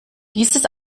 dieses